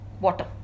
water